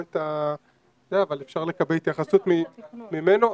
אבל אפשר לקבל התייחסות ממנו.